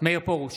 מאיר פרוש,